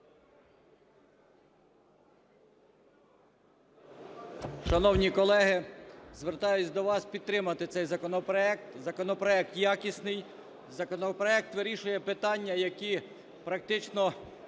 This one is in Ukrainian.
Шановні колеги, звертаюсь до вас підтримати цей законопроект. Законопроект якісний, законопроект вирішує питання, які практично